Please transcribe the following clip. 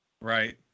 right